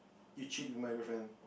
you cheat with my girlfriend